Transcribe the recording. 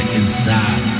inside